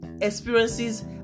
experiences